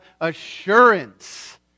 assurance